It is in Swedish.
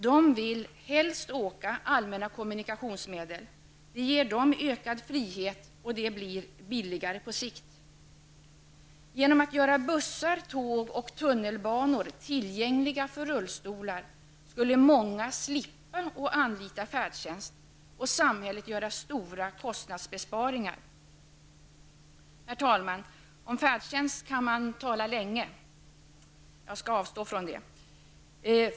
Det vill alltså helst åka med allmänna kommunikationsmedel. Det ger dem ökad frihet och blir på sikt billigare. Genom att göra bussar, tåg och tunnelbanor tillgängliga för rullstolar skulle många slippa anlita färdtjänst och samhället göra stora kostnadsbesparingar. Herr talman! Om färdtjänst kan man tala länge. Jag skall emellertid avstå från det.